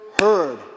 heard